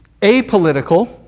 apolitical